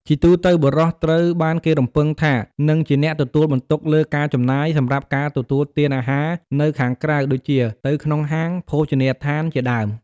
ជាទូទៅ បុរសត្រូវបានគេរំពឹងថានឹងជាអ្នកទទួលបន្ទុកលើការចំណាយ សម្រាប់ការទទួលទានអាហារនៅខាងក្រៅដូចជា ទៅក្នុងហាង ភោជនីដ្ឋានជាដើម។